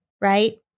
right